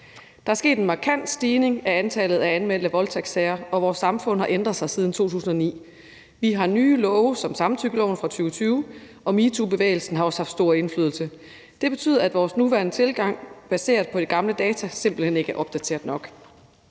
Der er sket en markant stigning i antallet af anmeldte voldtægter, og vores samfund har ændret sig siden 2009. Vi har nye love som samtykkeloven fra 2020, og metoobevægelsen har også haft stor indflydelse. Det betyder, at vores nuværende tilgang baseret på de gamle data simpelt hen ikke er opdateret nok.